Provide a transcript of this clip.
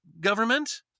government